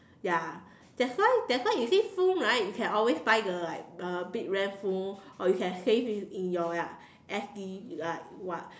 ya that's why that's why you see phone right you can always buy the like uh big ram phone or you can save it in your like S_D like what